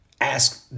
ask